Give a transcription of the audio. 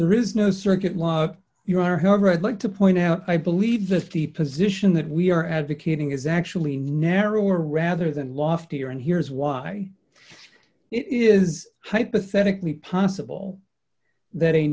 there is no circuit law you are however i'd like to point out i believe the fifty position that we are advocating is actually narrower rather than loftier and here's why it is hypothetically possible that a